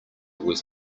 was